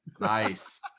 nice